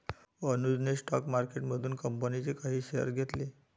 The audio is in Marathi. अनुजने स्टॉक मार्केटमधून कंपनीचे काही शेअर्स घेतले